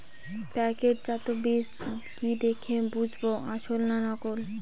প্যাকেটজাত বীজ কি দেখে বুঝব আসল না নকল?